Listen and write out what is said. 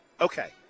Okay